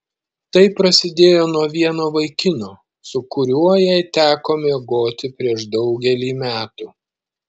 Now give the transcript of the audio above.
tai prasidėjo nuo vieno vaikino su kuriuo jai teko miegoti prieš daugelį metų